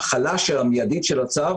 ההחלה המיידית של הצו